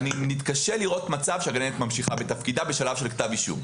אני מתקשה לראות מצב שהגננת ממשיכה בתפקידה בשלב של כתב אישום.